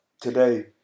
today